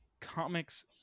comics